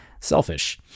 Selfish